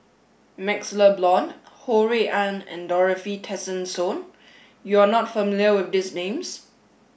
MaxLe Blond Ho Rui An and Dorothy Tessensohn you are not familiar with these names